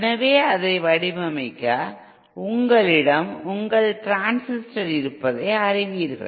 எனவே அதை வடிவமைக்க உங்களிடம் உங்கள் டிரான்சிஸ்டர் இருப்பதை அறிவீர்கள்